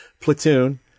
Platoon